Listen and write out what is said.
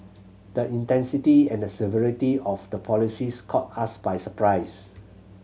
the intensity and the severity of the policies caught us by surprise